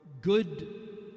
good